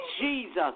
Jesus